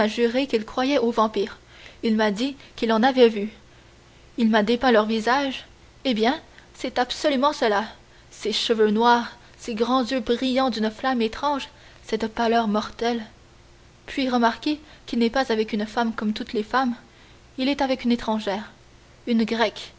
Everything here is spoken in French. qu'il croyait aux vampires il m'a dit qu'il en avait vu il m'a dépeint leur visage eh bien c'est absolument cela ces cheveux noirs ces grands yeux brillant d'une flamme étrange cette pâleur mortelle puis remarquez qu'il n'est pas avec une femme comme toutes les femmes il est avec une étrangère une grecque